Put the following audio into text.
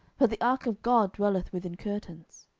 but the ark of god dwelleth within curtains.